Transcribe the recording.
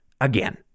again